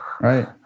Right